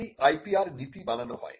একটি IPR নীতি বানানো হয়